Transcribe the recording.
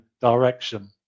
direction